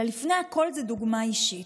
אלא לפני הכול, דוגמה אישית: